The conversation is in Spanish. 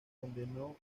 condenó